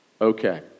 Okay